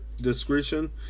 discretion